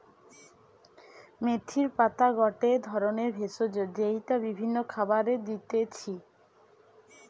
মেথির পাতা গটে ধরণের ভেষজ যেইটা বিভিন্ন খাবারে দিতেছি